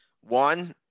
One